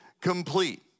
complete